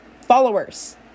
followers